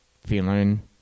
feeling